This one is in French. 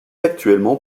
actuellement